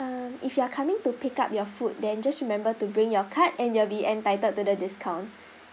um if you are coming to pick up your food than just remember to bring your card and you'll be entitled to the discount